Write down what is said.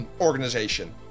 organization